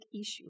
issue